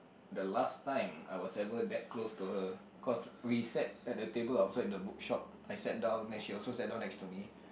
the last time I was ever that close to her cause we sat at the table outside the book shop I sat down then she also sat down next to me